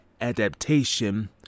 adaptation